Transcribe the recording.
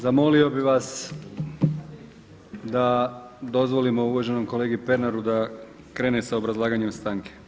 Zamolio bih vas da dozvolimo uvaženom kolegi Pernaru da krene sa obrazlaganjem stanke.